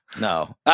No